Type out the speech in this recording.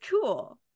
cool